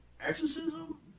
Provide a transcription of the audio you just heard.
Exorcism